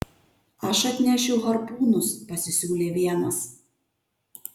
aš atnešiu harpūnus pasisiūlė vienas